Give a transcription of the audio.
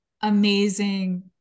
amazing